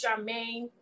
Charmaine